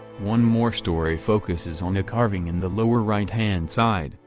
one more story focuses on a carving in the lower right hand side,